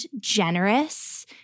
generous